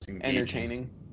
entertaining